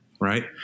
Right